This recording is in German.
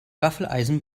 waffeleisen